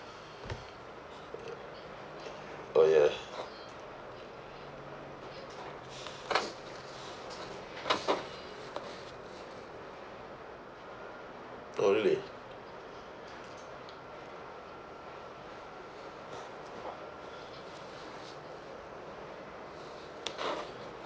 oh ya oh really